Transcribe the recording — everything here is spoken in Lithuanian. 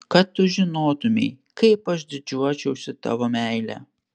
kad tu žinotumei kaip aš didžiuočiausi tavo meile